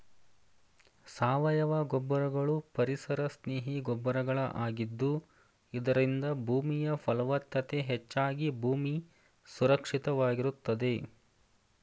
ಸಾವಯವ ಗೊಬ್ಬರಗಳು ಪರಿಸರ ಸ್ನೇಹಿ ಗೊಬ್ಬರಗಳ ಆಗಿದ್ದು ಇದರಿಂದ ಭೂಮಿಯ ಫಲವತ್ತತೆ ಹೆಚ್ಚಾಗಿ ಭೂಮಿ ಸುರಕ್ಷಿತವಾಗಿರುತ್ತದೆ